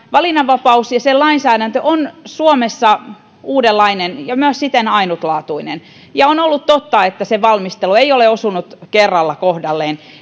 valinnanvapaus ja sen lainsäädäntö on suomessa uudenlainen ja siten myös ainutlaatuinen on ollut totta että se valmistelu ei ole osunut kerralla kohdalleen